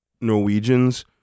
Norwegians